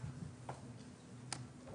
שונים לתאר מה